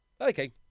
Okay